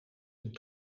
hun